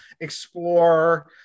explore